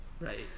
right